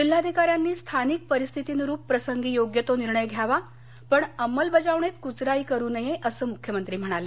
जिल्हाधिकाऱ्यांनी स्थानिक परिस्थितीनुरूप प्रसंगी योग्य तो निर्णय घ्यावा पण अंमलबजावणीत कृचराई करू नये असं मुख्यमंत्री म्हणाले